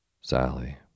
Sally